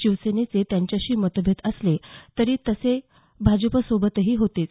शिवसेनेचे त्यांच्याशी मतभेद असले तरी तसे भाजपसोबतही होतेच